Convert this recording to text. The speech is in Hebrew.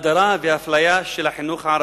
ההדרה והאפליה של החינוך הערבי,